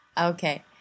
Okay